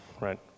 right